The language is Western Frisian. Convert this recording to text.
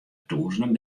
tûzenen